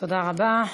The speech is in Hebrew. תודה רבה.